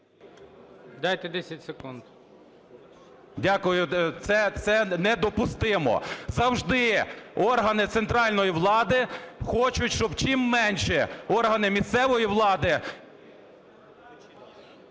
ДУБНЕВИЧ Я.В. Дякую. Це недопустимо. Завжди органи центральної влади хочуть, щоб чим менше органи місцевої влади...